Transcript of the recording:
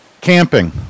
camping